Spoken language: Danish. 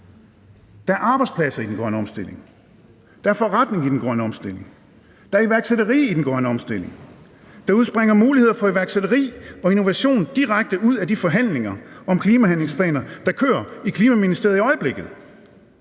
der er arbejdspladser i den grønne omstilling, der er forretning i den grønne omstilling, der er iværksætteri i den grønne omstilling, der udspringer muligheder for iværksætteri og innovation direkte ud af de forhandlinger om klimahandlingsplaner, der kører i Klimaministeriet i øjeblikket.